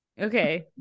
Okay